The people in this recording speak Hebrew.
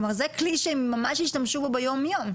זה כלי שהם ממש השתמשו בו ביום-יום.